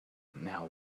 now